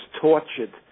tortured